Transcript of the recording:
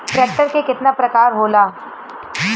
Tractor के केतना प्रकार होला?